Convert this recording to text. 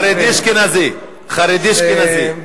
חרדי-אשכנזי, חרדי-אשכנזי.